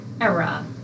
era